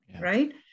right